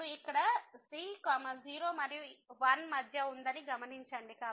ఇప్పుడు ఇక్కడ c 0 మరియు 1 మధ్య ఉందని గమనించండి